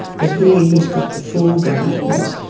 but here he's got the four gardens,